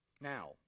Now